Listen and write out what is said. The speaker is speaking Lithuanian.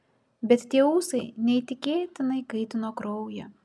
bet tie ūsai neįtikėtinai kaitino kraują